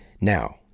Now